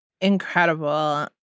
Incredible